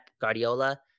Guardiola